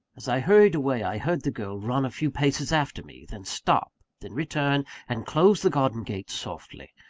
as i hurried away, i heard the girl run a few paces after me then stop then return, and close the garden gate, softly.